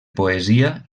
poesia